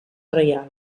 reial